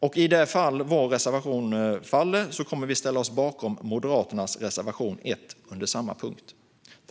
I det fall vår reservation faller kommer vi att ställa oss bakom Moderaternas reservation 1 under samma punkt.